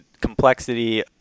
complexity